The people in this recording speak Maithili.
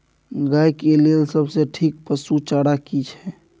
गाय के लेल सबसे ठीक पसु चारा की छै?